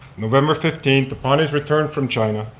november fifteenth, upon his return from china,